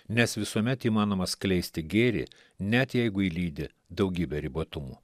nes visuomet įmanoma skleisti gėrį net jeigu jį lydi daugybė ribotumų